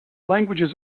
languages